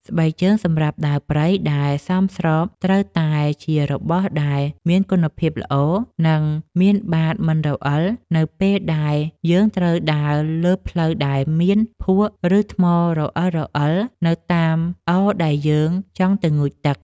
ស្បែកជើងសម្រាប់ដើរព្រៃដែលសមស្របត្រូវតែជារបស់ដែលមានគុណភាពល្អ និង មានបាតមិនរអិលនៅពេលដែលយើងត្រូវដើរលើផ្លូវដែលមានភក់ ឬ ថ្មរអិលៗនៅតាមអូរដែលយើងចង់ទៅងូតទឹក។